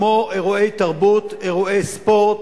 כמו אירועי תרבות, אירועי ספורט,